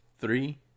Three